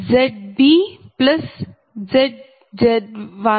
20